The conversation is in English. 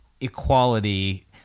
equality